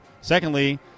Secondly